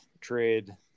trade